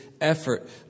effort